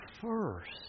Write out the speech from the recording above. first